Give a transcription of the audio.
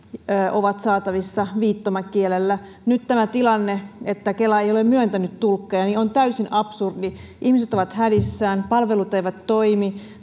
ovat saatavissa viittomakielellä nyt tämä tilanne että kela ei ole myöntänyt tulkkeja on täysin absurdi ihmiset ovat hädissään palvelut eivät toimi